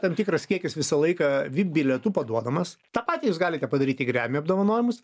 tam tikras kiekis visą laiką vip bilietų parduodamas tą patį jūs galite padaryti grammy apdovanojimus